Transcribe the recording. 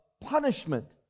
punishment